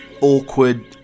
awkward